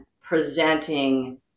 presenting